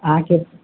अहाँकेँ